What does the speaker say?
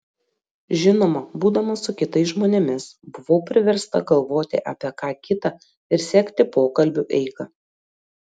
žinoma būdama su kitais žmonėmis buvau priversta galvoti apie ką kita ir sekti pokalbių eigą